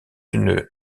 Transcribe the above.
une